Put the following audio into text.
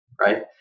Right